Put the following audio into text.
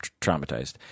traumatized